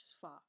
far